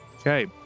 Okay